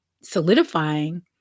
solidifying